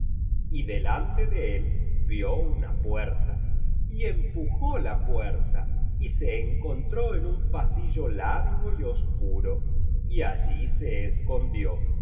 y delante de él vio una puerta y empujó la puerta y se encontró en un pasillo largo y oscuro y allí se escondió